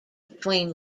between